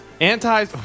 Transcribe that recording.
Anti